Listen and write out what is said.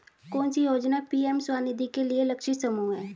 कौन सी योजना पी.एम स्वानिधि के लिए लक्षित समूह है?